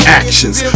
actions